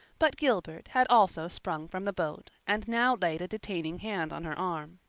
but gilbert had also sprung from the boat and now laid a detaining hand on her arm.